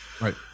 Right